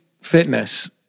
fitness